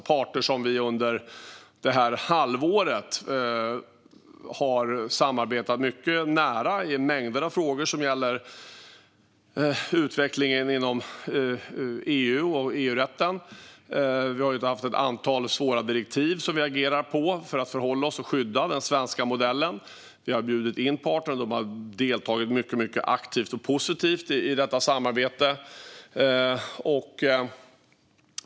Det är parter som vi under detta halvår har samarbetat mycket nära med i mängder av frågor som gäller utvecklingen inom EU och EU-rätten. Vi har haft ett antal svåra direktiv som vi agerar på för att förhålla oss till och skydda den svenska modellen. Vi har bjudit in parterna, och de har deltagit mycket aktivt och positivt i detta samarbete.